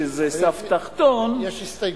שזה סף תחתון, ראיתי שיש הסתייגות.